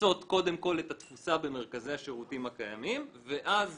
למצות קודם כל את התפוסה במרכזי השירותים הקיימים ואז